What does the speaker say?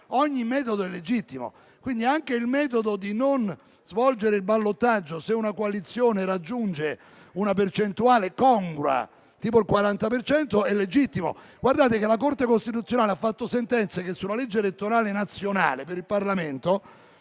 Ogni metodo è legittimo. Quindi, anche il metodo di non svolgere il ballottaggio, se una coalizione raggiunge una percentuale congrua, tipo il 40 per cento, è legittimo. Guardate che la Corte costituzionale ha emesso sentenze sulla legge elettorale nazionale per il Parlamento